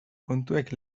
kontuek